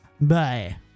Bye